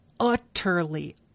utterly